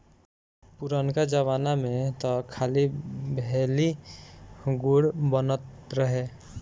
पुरनका जमाना में तअ खाली भेली, गुड़ बनत रहे